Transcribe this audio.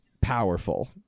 powerful